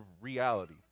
reality